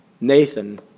Nathan